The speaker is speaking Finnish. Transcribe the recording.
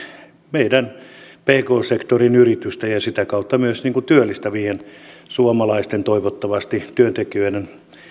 meidän pk sektorin yritysten ja ja sitä kautta myös työllistyvien suomalaisten toivottavasti työntekijöiden